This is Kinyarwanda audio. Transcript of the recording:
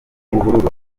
buhuru